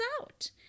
out